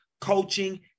coaching